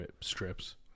strips